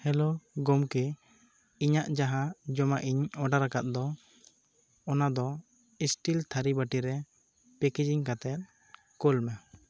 hello ᱜᱚᱢᱠᱮ ᱤᱧᱟᱹᱜ ᱡᱟᱦᱟᱸ ᱡᱚᱢᱟᱜ ᱤᱧ ᱚᱰᱟᱨ ᱟᱠᱟᱫ ᱫᱚ ᱚᱱᱟᱫᱚ ᱤᱥᱴᱤᱞ ᱛᱷᱟᱹᱨᱤ ᱵᱟᱹᱴᱤᱨᱮ ᱯᱮᱠᱮᱡᱤᱝ ᱠᱟᱛᱮᱫ ᱠᱩᱞ ᱢᱮ